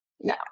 no